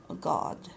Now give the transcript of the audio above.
God